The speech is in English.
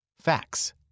Facts